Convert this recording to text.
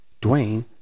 Dwayne